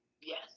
Yes